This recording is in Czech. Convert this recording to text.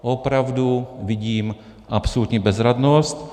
Opravdu vidím absolutní bezradnost.